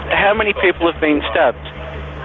how many people have been stabbed?